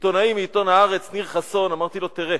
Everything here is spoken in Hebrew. עיתונאי מעיתון "הארץ", ניר חסון, אמרתי לו: תראה,